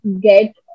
get